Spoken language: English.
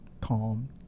calm